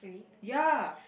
ya